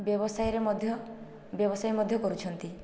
ବ୍ୟବସାୟରେ ମଧ୍ୟ ବ୍ୟବସାୟ ମଧ୍ୟ କରୁଛନ୍ତି